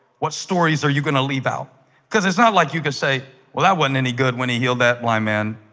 what stories are you gonna leave out because it's not like you could say well that wasn't any good when he healed that why man?